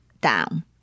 down